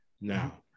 Now